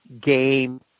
game